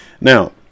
Now